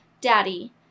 daddy